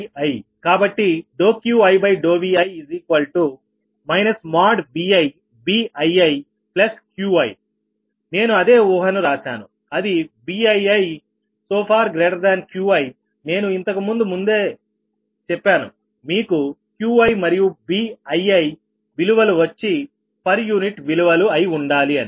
కాబట్టి QiVi ViBiiQiనేను అదే ఊహను రాశాను అది BiiQiనేను ఇంతకు ముందే చెప్పాను మీకు Qi మరియు Biiవిలువలు వచ్చి పర్ యూనిట్ విలువలు అయి ఉండాలని